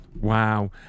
Wow